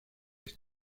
este